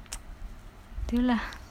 tu lah